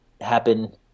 happen